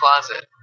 closet